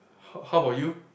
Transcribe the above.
how how about you